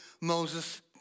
Moses